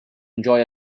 enjoy